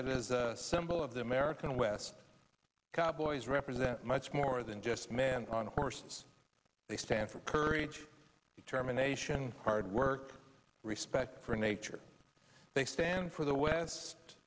that is a symbol of the american west cowboys represent much more than just man on a horse they stand for courage determination hard work respect for nature they stand for the west